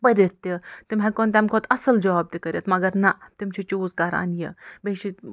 پٔرِتھ تہٕ تِم ہیٚکہٕ ہان تَمہِ کھۄتہٕ اصٕل جاب تہِ کٔرِتھ مَگر نَہ تِم چھِ چیٛوٗز کران یہِ بیٚیہِ چھُ